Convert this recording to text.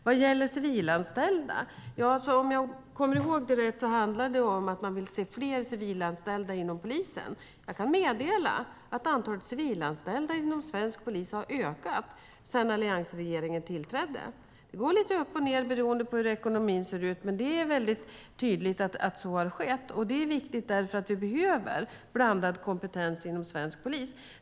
Vad gäller civilanställda handlar det om, om jag minns rätt, att man vill se fler civilanställda inom polisen. Jag kan meddela att antalet civilanställda inom svensk polis har ökat sedan alliansregeringen tillträdde. Det går lite upp och ned beroende på hur ekonomin ser ut, men det är tydligt att så har skett. Och det är viktigt, för vi behöver blandad kompetens inom svensk polis.